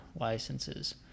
licenses